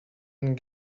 and